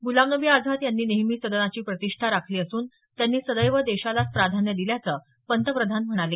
गुलाम नबी आझाद यांनी नेहमी सदनाची प्रतिष्ठा राखली असून त्यांनी सदैव देशालाच प्राधान्य दिल्याचं पंतप्रधान म्हणाले